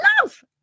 love